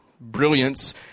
brilliance